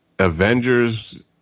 Avengers